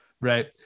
right